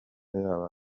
yaba